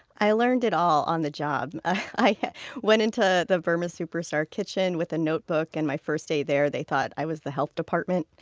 i learned it all on the job. i went into the burma superstar kitchen with a notebook, and my first day there they thought i was the health department.